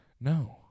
No